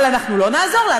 אבל אנחנו לא נעזור לה,